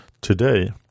today